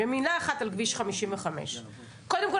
ומילה אחת על כביש 55. קודם כול,